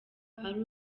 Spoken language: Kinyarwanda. ari